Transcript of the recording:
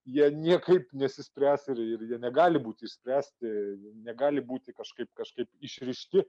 jie niekaip nesispręs ir ir jie negali būti išspręsti negali būti kažkaip kažkaip išrišti